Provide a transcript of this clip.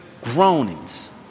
groanings